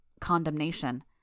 condemnation